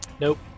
Nope